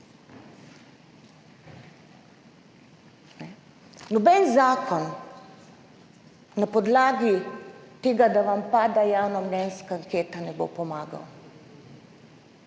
Noben zakon, na podlagi tega, da vam pada javnomnenjska anketa, ne bo pomagal.